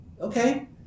Okay